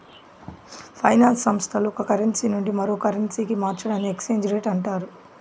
finance సంస్థల్లో ఒక currency నుండి మరో కరెన్సీకి మార్చడాన్ని ఎక్స్చేంజ్ రేట్ అంటారు